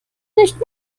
nicht